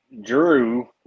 Drew